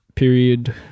period